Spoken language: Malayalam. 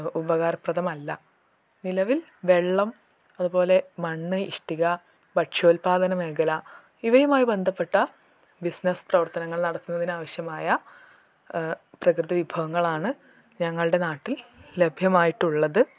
ഉപകാരപ്രദമല്ല നിലവിൽ വെള്ളം അത് പോലെ മണ്ണ് ഇഷ്ടിക ഭക്ഷ്യോല്പാദന മേഖല ഇവയുമായി ബന്ധപ്പെട്ട ബിസ്നസ്സ് പ്രവർത്തങ്ങൾ നടത്തുന്നതിനാവശ്യമായ പ്രകൃതി വിഭവങ്ങളാണ് ഞങ്ങളുടെ നാട്ടിൽ ലഭ്യമായിട്ടുള്ളത്